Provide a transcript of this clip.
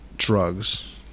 drugs